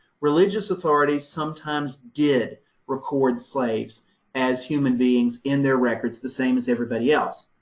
religious authorities sometimes did record slaves as human beings in their records, the same as everybody else,